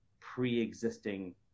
pre-existing